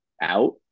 out